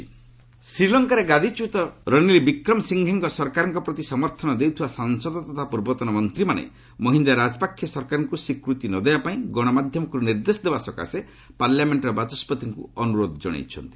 ଲଙ୍କା parliament ଶ୍ରୀଲଙ୍କାରେ ଗାଦିଚ୍ୟୁତ ରନିଲ ବିକ୍ରମ ସିଂଘେଙ୍କ ସରକାରଙ୍କ ପ୍ରତି ସମର୍ଥନ ଦେଉଥିବା ସାଂସଦ ତଥା ପୂର୍ବତନ ମନ୍ତ୍ରୀମାନେ ମହିନ୍ଦା ରାଜପାକ୍ଷେ ସରକାରଙ୍କୁ ସ୍ୱୀକୃତି ନ ଦେବା ପାଇଁ ଗଣମାଧ୍ୟମକୁ ନିର୍ଦ୍ଦେଶ ଦେବା ସକାଶେ ପାର୍ଲାମେଣ୍ଟର ବାଚସ୍କତିଙ୍କୁ ଅନୁରୋଧ ଜଣାଇଛନ୍ତି